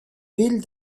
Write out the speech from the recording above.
villes